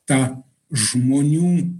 ta žmonių